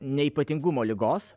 ne ypatingumo ligos